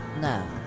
No